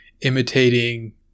imitating